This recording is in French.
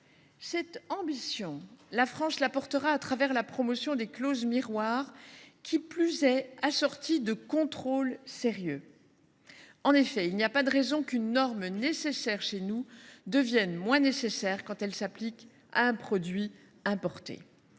Cette ambition, la France la défendra au travers de la promotion des clauses miroirs, qui plus est assorties de contrôles sérieux. En effet, il n’y a pas de raison qu’une norme nécessaire chez nous devienne moins nécessaire quand elle s’applique à un produit importé.